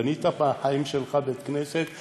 בנית בחיים שלך בית-כנסת אתיופי?